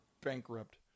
bankrupt